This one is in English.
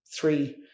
three